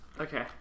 Okay